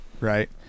right